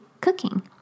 cooking